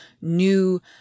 new